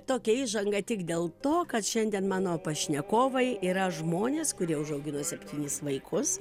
tokią įžangą tik dėl to kad šiandien mano pašnekovai yra žmonės kurie užaugino septynis vaikus